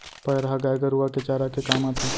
पैरा ह गाय गरूवा के चारा के काम आथे